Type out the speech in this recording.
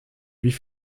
wie